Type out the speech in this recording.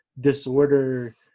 disorder